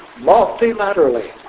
multilaterally